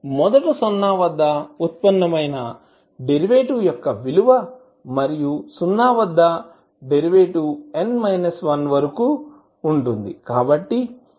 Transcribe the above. మొదట సున్నా వద్ద ఉత్పన్నమైన డెరివేటివ్ యొక్క విలువ మరియు సున్నా వద్ద డెరివేటివ్ డెరివేటివ్ n మైనస్ 1 విలువ వరకు ఉంటుంది